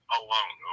alone